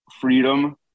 freedom